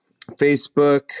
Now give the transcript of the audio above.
Facebook